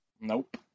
Nope